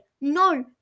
No